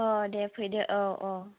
ओ दे फैदो अ अ